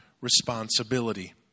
responsibility